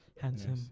Handsome